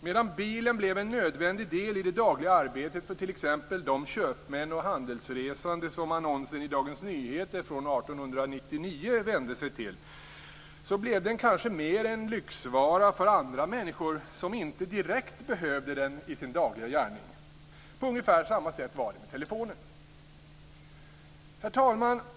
Medan bilen blev en nödvändig del i det dagliga arbetet för t.ex. de köpmän och handelsresande som annonsen i Dagens Nyheter från år 1899 vände sig till så blev den kanske mer en lyxvara för andra människor som inte direkt behövde den i sin dagliga gärning. På ungefär samma sätt var det med telefonen. Herr talman!